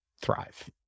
thrive